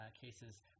cases